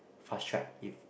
fast track if